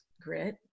grit